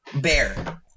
Bear